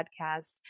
podcasts